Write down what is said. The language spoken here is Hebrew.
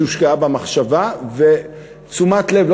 שהושקעו בה מחשבה ותשומת לב.